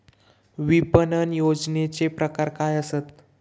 विपणन नियोजनाचे प्रकार काय आसत?